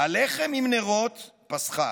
/ 'הלחם אם נרות?' פסחה".